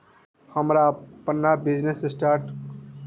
हमरा अपन business start करे के है ओकरा लेल लोन मिल सकलक ह?